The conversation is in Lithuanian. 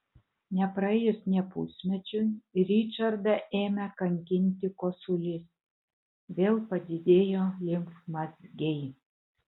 nepraėjus nė pusmečiui ričardą ėmė kankinti kosulys vėl padidėjo limfmazgiai